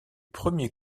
premier